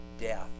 death